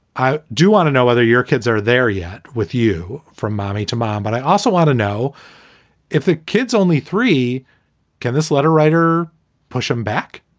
i do want to know whether your kids are there yet with you from mommy to mom. but i also want to know if the kid's only three can this letter writer push him back?